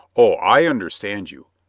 oh, i understand you.